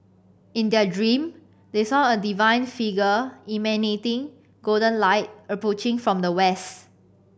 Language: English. in their dream they saw a divine figure emanating golden light approaching from the west